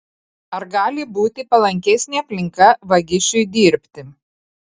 ar gali būti palankesnė aplinka vagišiui dirbti